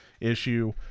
issue